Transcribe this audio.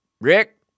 Rick